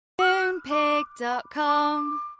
Moonpig.com